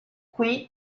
qui